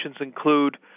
include